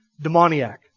demoniac